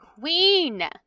Queen